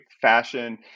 fashion